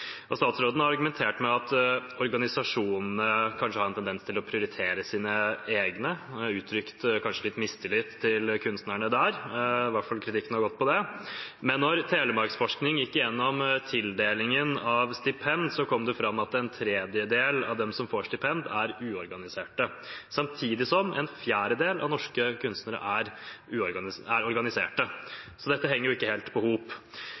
utvalg. Statsråden har argumentert med at organisasjonene kanskje har en tendens til å prioritere sine egne, og har kanskje uttrykt litt mistillit til kunstnerne der – i hvert fall har kritikken gått på det. Men da Telemarksforskning gikk gjennom tildelingen av stipend, kom det fram at en tredjedel av de som får stipend, er uorganiserte, samtidig som en fjerdedel av norske kunstnere er organiserte, så dette henger ikke helt i hop.